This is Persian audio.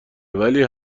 ولی